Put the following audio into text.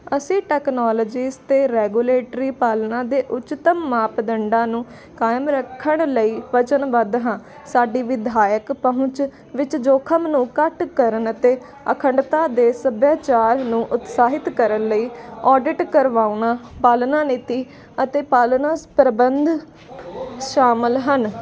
ਅਸੀਂ ਟੈਕਨੋਲਜੀਸ ਅਤੇ ਰੈਗੂਲੇਟਰੀ ਪਾਲਣਾ ਦੇ ਉੱਚਤਮ ਮਾਪਦੰਡਾਂ ਨੂੰ ਕਾਇਮ ਰੱਖਣ ਲਈ ਵਚਨਬੱਧ ਹਾਂ ਸਾਡੀ ਵਿਧਾਇਕ ਪਹੁੰਚ ਵਿੱਚ ਜੋਖਮ ਨੂੰ ਘੱਟ ਕਰਨ ਅਤੇ ਅਖੰਡਤਾ ਦੇ ਸੱਭਿਆਚਾਰ ਨੂੰ ਉਤਸ਼ਾਹਿਤ ਕਰਨ ਲਈ ਆਡਿਟ ਕਰਵਾਉਣਾ ਪਾਲਣਾ ਨੀਤੀ ਅਤੇ ਪਾਲਣਾ ਸ ਪ੍ਰਬੰਧ ਸ਼ਾਮਲ ਹਨ